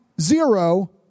zero